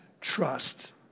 trust